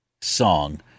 song